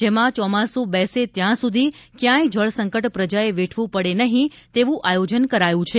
જેમાં ચોમાસ બેસે ત્યાં સુધી ક્યાંય જળસંકટ પ્રજાએ વેઠવું પડે નહિં તેવું આયોજન કરાયું છે